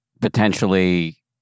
potentially